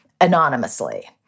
anonymously